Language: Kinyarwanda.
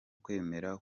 kwemera